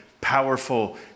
powerful